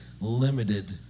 limited